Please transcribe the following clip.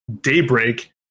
Daybreak